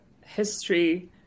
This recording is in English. history